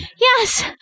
Yes